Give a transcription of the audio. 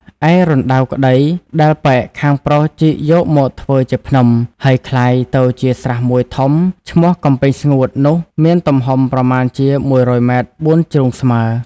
ឯរណ្ដៅក្ដី ដែលប៉ែកខាងប្រុសជីកយកមកធ្វើជាភ្នំ ហើយក្លាយទៅជាស្រះ ១ ធំ ឈ្មោះ "កំពែងស្ងួត" នោះ មានទំហំ ប្រមាណជា ១០០ ម. ៤ ជ្រុងស្មើ